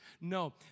No